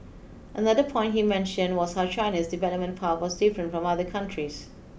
another point he mentioned was how China's development path was different from other countries